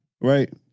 Right